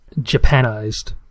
Japanized